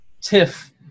tiff